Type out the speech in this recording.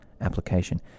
application